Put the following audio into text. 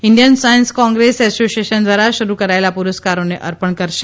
Indian Science Congress Association દ્વારા શરૂ કરાચેલા પુરસ્કારોને અર્પણ કરશે